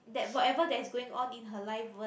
that whatever that's going on in her life won't